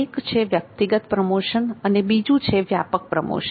એક છે વ્યક્તિગત પ્રમોશન અને બીજું છે વ્યાપક પ્રમોશન